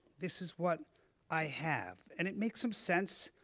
this is what i have. and it makes some sense.